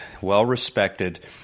well-respected